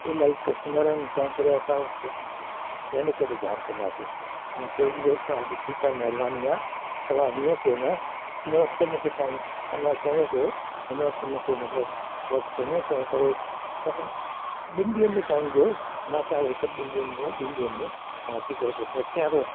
इलाही कस्टमर आहिनि तंहिं करे असां क कॾहिं कॾहिं ध्यानु कंदासीं तव्हांखे हूंदो तव्हांजी ठीकु आहे महिरबानी आहे तव्हां हीअं कयो न हिन हफ़्ते मूंखे टाइम समय कोन्हे को हिन वक़्ति मूंखे मतलबु वक़्ति कोन्हे तंहिं करे तव्हां ॿिनि ॾींहंनि जो टाइम ॾियो मां तव्हांखे हिकु ॿिनि ॾींहंनि में ॿिनि ॾींहंनि में मां अची करे पोइ चैक कया थो